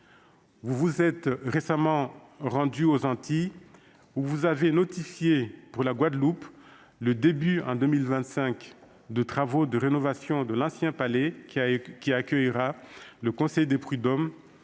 Vous vous êtes récemment rendus aux Antilles, où vous avez annoncé que, en Guadeloupe, les travaux de rénovation de l'ancien palais, qui accueillera le conseil des prud'hommes,